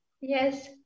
yes